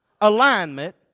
alignment